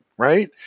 right